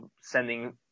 sending